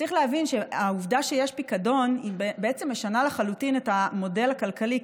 צריך להבין שהעובדה שיש פיקדון בעצם משנה לחלוטין את המודל הכלכלי,